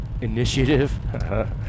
initiative